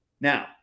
now